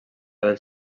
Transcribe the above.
dels